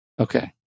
Okay